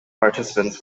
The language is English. participants